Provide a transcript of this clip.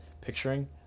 picturing